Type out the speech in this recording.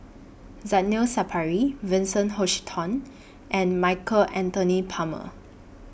Zainal Sapari Vincent Hoisington and Michael Anthony Palmer